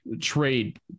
trade